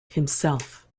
himself